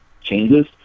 changes